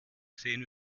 sehen